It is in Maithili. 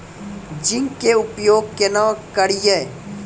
जिंक के उपयोग केना करये?